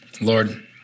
Lord